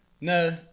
No